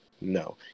No